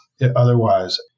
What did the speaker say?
otherwise